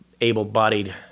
able-bodied